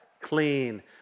clean